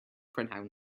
prynhawn